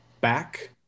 back